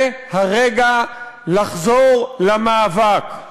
זה הרגע לחזור למאבק.